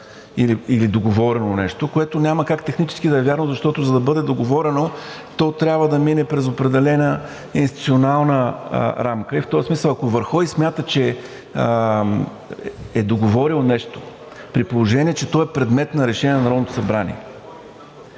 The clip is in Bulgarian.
или договорено нещо, което няма как технически да е вярно, защото, за да бъде договорено, то трябва да мине през определена институционална рамка. В този смисъл, ако Вархеи смята, че е договорено нещо, при положение че то е предмет на решение на Народното събрание